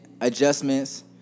adjustments